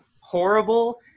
horrible